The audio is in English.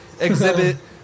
exhibit